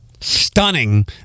stunning